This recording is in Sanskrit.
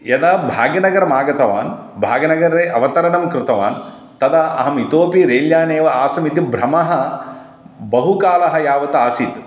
यदा भाग्यनगरम् आगतवान् भाग्यनगरे अवतरणं कृतवान् तदा अहम् इतोपि रैल्याने एव आसमिति भ्रमः बहुकालं यावत् आसीत्